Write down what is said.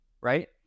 right